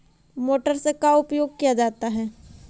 Motor से का उपयोग क्या जाता है?